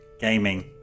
gaming